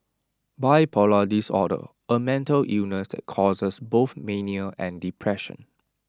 bipolar disorder A mental illness that causes both mania and depression